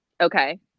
Okay